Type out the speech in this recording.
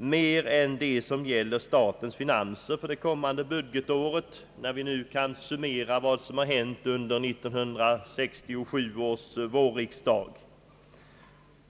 utöver vad som gäller statens finanser för det kommande budgetåret, när vi nu kan summera vad som hänt under 1967 års vårriksdag.